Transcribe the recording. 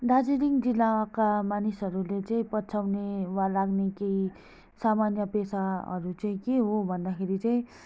दार्जिलिङ जिल्लाका मानिसहरूले चाहिँ पछ्याउने वा लाग्ने केही सामान्य पेसाहरू चाहिँ के हो भन्दाखेरि चाहिँ